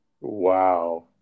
Wow